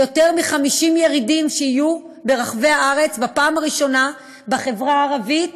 ביותר מ-50 ירידים שיהיו ברחבי הארץ ובפעם הראשונה גם במגזר הערבי,